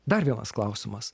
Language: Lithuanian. dar vienas klausimas